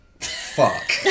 Fuck